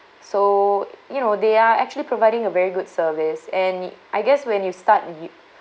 so you know they are actually providing a very good service and I guess when you start yo~